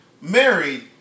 married